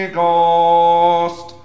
Ghost